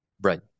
right